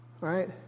right